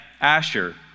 Asher